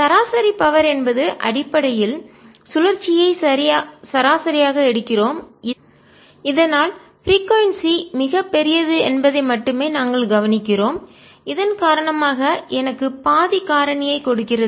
சராசரி பவர் சக்தியின்என்பது அடிப்படையில் சுழற்சியை சராசரியாக எடுக்கிறோம் இதனால் பிரிகோய்ன்ஸி அதிர்வெண் மிகப் பெரியது என்பதை மட்டுமே நாங்கள் கவனிக்கிறோம் இதன் காரணமாக எனக்கு பாதி காரணியை கொடுக்கிறது